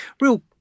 real